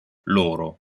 loro